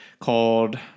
called